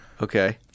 Okay